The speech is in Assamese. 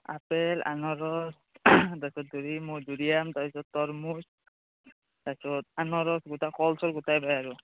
আপেল আনাৰস তাৰপিছত হেৰি মধুৰীআম তাৰপিছত তৰমুজ তাৰপিছত আনাৰস গোটেই কল চল গোটেই পায় আৰু